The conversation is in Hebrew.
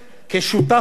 או יותר ממלא,